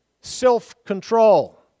self-control